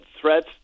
threats